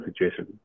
situation